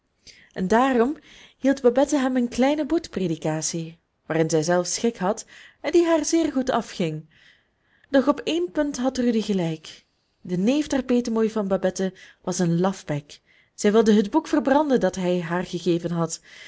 en daarom hield babette hem een kleine boetpredikatie waarin zij zelf schik had en die haar zeer goed afging doch op één punt had rudy gelijk de neef der petemoei van babette was een lafbek zij wilde het boek verbranden dat hij haar gegeven had